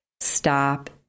stop